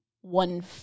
one